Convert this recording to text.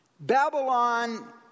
Babylon